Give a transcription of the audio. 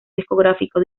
discográfico